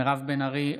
מירב בן ארי,